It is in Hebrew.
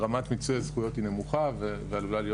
רמת מיצוי הזכויות היא נמוכה ועלול להיות